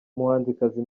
umuhanzikazi